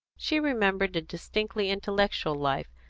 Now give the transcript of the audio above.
she remembered a distinctly intellectual life,